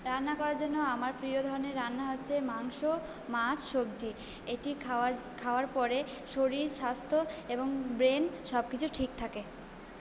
রান্না করার জন্য আমার প্রিয় ধরনের রান্না হচ্ছে মাংস মাছ সবজি এটি খাওয়ার খাওয়ার পরে শরীর স্বাস্থ্য এবং ব্রেন সব কিছু ঠিক থাকে